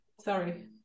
sorry